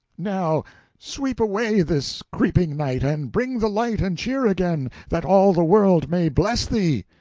now sweep away this creeping night, and bring the light and cheer again, that all the world may bless thee.